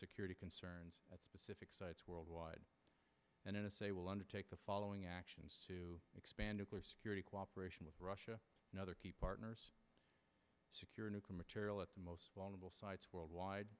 security concerns specific sites worldwide and n s a will take the following actions to expand nuclear security cooperation with russia and other key partners secure nuclear material at the most vulnerable sites worldwide